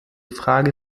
frage